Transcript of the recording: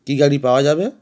কী গাড়ি পাওয়া যাবে